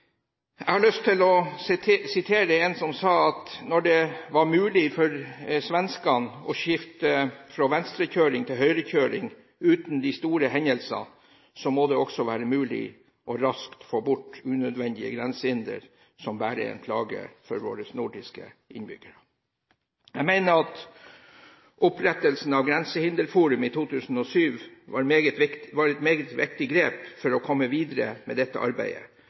Jeg har lyst til å referere en som sa at når det var mulig for svenskene å skifte fra venstrekjøring til høyrekjøring uten de store hendelser, må det også være mulig å raskt få bort unødvendige grensehinder som bare er en plage for våre nordiske innbyggere. Jeg mener at opprettelsen av Grensehinderforum i 2007 var et meget viktig grep for å komme videre med dette arbeidet,